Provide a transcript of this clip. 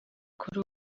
kuri